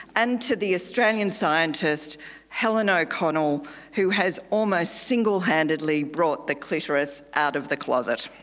and to the australian scientist helen o'connell who has almost single-handedly brought the clitoris out of the closet.